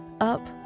Up